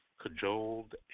cajoled